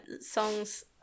songs